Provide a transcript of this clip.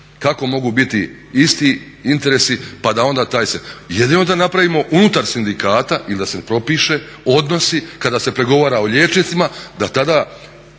kako mogu biti isti interesi pa da onda taj se, jedino da napravimo unutar sindikata ili da se propiše odnosi kada se pregovara o liječnicima da tada